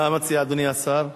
מה מציע אדוני השר?